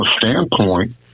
standpoint